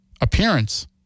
appearance